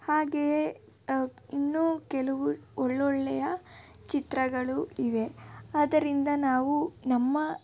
ಹಾಗೆಯೇ ಇನ್ನೂ ಕೆಲವು ಒಳ್ಳೊಳ್ಳೆಯ ಚಿತ್ರಗಳು ಇವೆ ಅದರಿಂದ ನಾವು ನಮ್ಮ